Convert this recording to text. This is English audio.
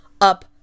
up